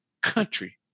country